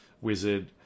wizard